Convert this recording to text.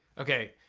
okay,